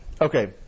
Okay